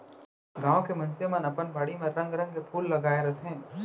गॉंव के मनसे मन अपन बाड़ी म रंग रंग के फूल लगाय रथें